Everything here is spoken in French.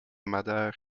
madère